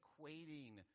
equating